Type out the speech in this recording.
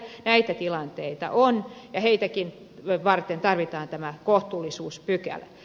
näitä tilanteita on ja heitäkin varten tarvitaan tämä kohtuullisuuspykälä